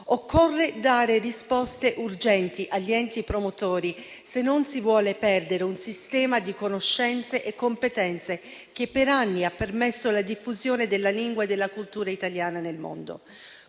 Occorre dare risposte urgenti agli enti promotori, se non si vuole perdere un sistema di conoscenze e competenze che per anni ha permesso la diffusione della lingua e della cultura italiana nel mondo.